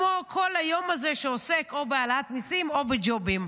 כמו כל היום הזה שעוסק או בהעלאת מיסים או בג'ובים: